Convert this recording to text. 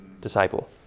disciple